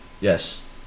Yes